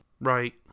Right